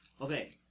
Okay